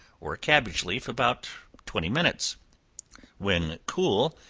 or a cabbage leaf, about twenty minutes when cool,